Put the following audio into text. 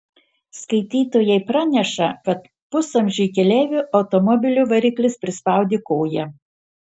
skaitytojai praneša kad pusamžiui keleiviui automobilio variklis prispaudė koją